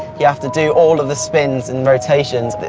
you have to do all the spins and rotations. but